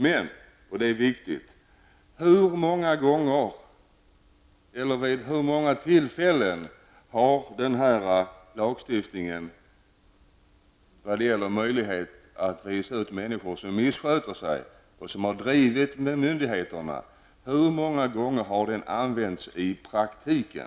Men -- och detta är viktigt -- vid hur många tillfällen har den lagstiftning som ger möjlighet att visa ut människor som missköter sig och som har drivit med myndigheterna använts i praktiken?